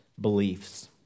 beliefs